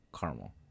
caramel